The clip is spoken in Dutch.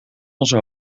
onze